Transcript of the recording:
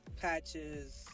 patches